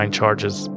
charges